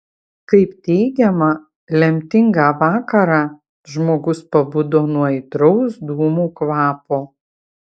kaip teigiama lemtingą vakarą žmogus pabudo nuo aitraus dūmų kvapo